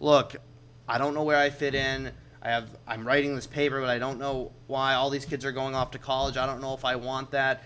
look i don't know where i fit in i have i'm writing this paper but i don't know why all these kids are going off to college i don't know if i want that